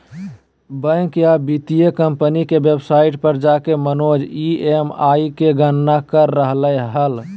bank या वित्तीय company के वेबसाइट पर जाकर मनोज ई.एम.आई के गणना कर रहलय हल